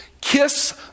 Kiss